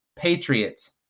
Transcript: Patriots